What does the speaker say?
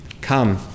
Come